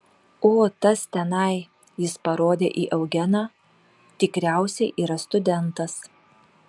o tas tenai jis parodė į eugeną tikriausiai yra studentas